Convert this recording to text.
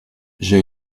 j’ai